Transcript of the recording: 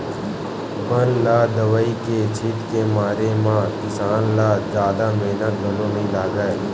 बन ल दवई छित के मारे म किसान ल जादा मेहनत घलो नइ लागय